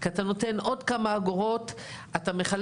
אתה לא יכול לעשות חישוב של 11% ו-12% החזר השקעה?